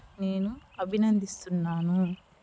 నేను అభినందిస్తున్నాను